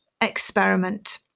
experiment